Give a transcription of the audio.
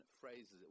phrases